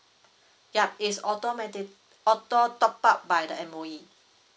yup it's automatic auto top up by the M_O_E